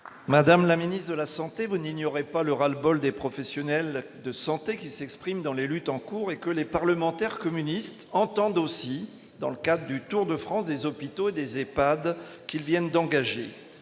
Madame la ministre de la santé, bonne, il n'y aurait pas le ras-le-bol des professionnels de santé qui s'exprime dans les luttes en cours et que les parlementaires communistes entendent aussi dans le cas du Tour de France des hôpitaux et des Epad qu'ils viennent d'engager